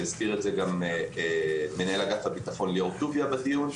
והזכיר את זה גם מנהל אגף הביטחון ליאור טוביה בדיון,